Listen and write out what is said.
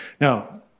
Now